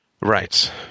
Right